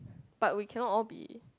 but we cannot all be